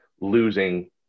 losing